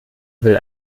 will